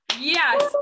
Yes